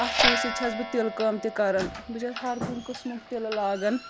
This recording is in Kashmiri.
اَتھ سۭتۍ سۭتۍ چھس بہٕ تِلہٕ کٲم تہِ کَران بہٕ چھَس ہَر کُنہِ قٕسمُک تِلہٕ لاگان